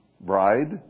bride